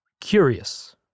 curious